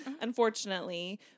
unfortunately